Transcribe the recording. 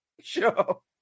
show